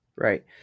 Right